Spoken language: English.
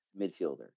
midfielder